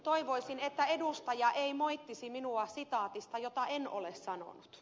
toivoisin että edustaja ei moittisi minua sitaatista jota en ole sanonut